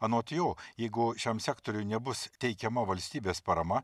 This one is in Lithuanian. anot jo jeigu šiam sektoriui nebus teikiama valstybės parama